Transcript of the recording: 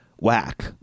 whack